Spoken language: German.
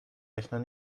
rechner